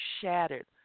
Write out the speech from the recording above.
shattered